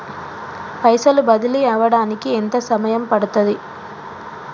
పైసలు బదిలీ అవడానికి ఎంత సమయం పడుతది?